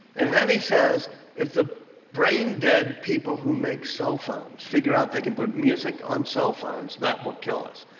and then he says, if the braindead people who make cell phones figure out they can put music on cellphones, that will kill us.